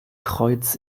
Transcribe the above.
kreuz